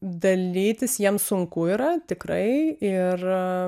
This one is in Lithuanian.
dalytis jiem sunku yra tikrai ir